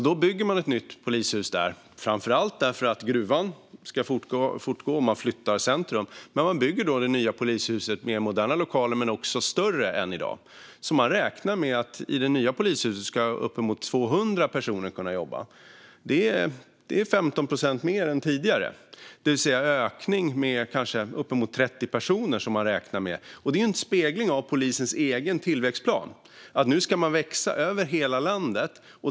Där bygger man alltså ett nytt polishus, framför allt eftersom gruvverksamheten ska fortgå och centrum flyttas. Det nya polishus som byggs får moderna lokaler, men det blir också större än i dag. Man räknar med att uppemot 200 personer ska kunna jobba i det nya polishuset. Det är 15 procent mer än tidigare. Man räknar alltså med en ökning på kanske uppemot 30 personer. Det är en spegling av polisens egen tillväxtplan. Nu ska man växa över hela landet.